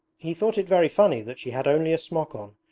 he thought it very funny that she had only a smock on,